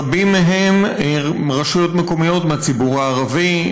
רבים מהם מרשויות מקומיות מהציבור הערבי,